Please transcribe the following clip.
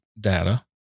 data